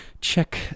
check